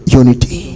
unity